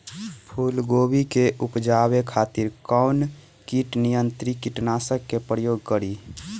फुलगोबि के उपजावे खातिर कौन कीट नियंत्री कीटनाशक के प्रयोग करी?